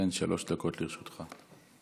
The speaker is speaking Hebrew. שלוש דקות גם לרשותך.